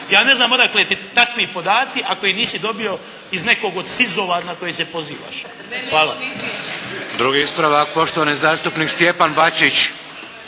Ja ne znam odakle ti takvi podaci ako ih nisi dobio iz nekog od SIZ-ova na koji se pozivaš. Hvala. **Šeks, Vladimir (HDZ)** Drugi ispravak poštovani zastupnik Stjepan Bačić.